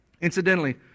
Incidentally